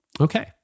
Okay